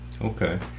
okay